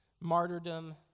martyrdom